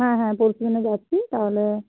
হ্যাঁ হ্যাঁ পরশুদিনে যাচ্ছি তাহলে